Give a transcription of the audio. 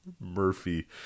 Murphy